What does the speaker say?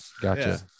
Gotcha